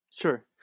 Sure